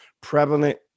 prevalent